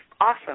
awesome